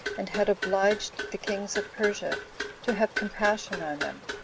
and had obliged the kings of persia to have compassion on them,